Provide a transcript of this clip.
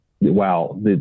wow